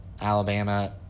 Alabama